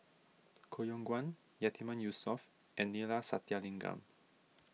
Koh Yong Guan Yatiman Yusof and Neila Sathyalingam